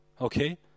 okay